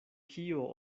kio